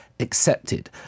Accepted